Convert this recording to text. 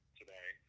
today